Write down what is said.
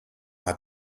hat